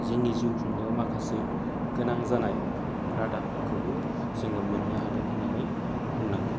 जोंनि जिउ खुंनायाव माखासे गोनां जानाय रादाबफोरखौबो जोङो मोन्नो हादों होन्नानै बुंनांगोन